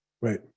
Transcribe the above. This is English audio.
Right